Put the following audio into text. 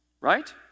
right